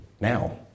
now